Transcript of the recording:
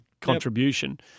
contribution